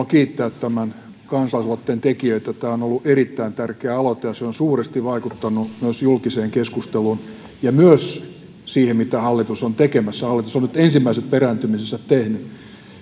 kiittää tämän kansalaisaloitteen tekijöitä tämä on ollut erittäin tärkeä aloite se on suuresti vaikuttanut myös julkiseen keskusteluun ja myös siihen mitä hallitus on tekemässä hallitus on nyt ensimmäiset perääntymisensä tehnyt